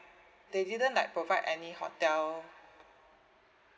they didn't like provide any hotel